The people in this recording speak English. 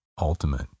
ultimate